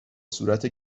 صورت